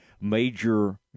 major